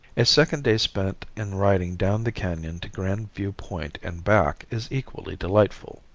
a second day spent in riding down the canon to grand view point and back is equally delightful.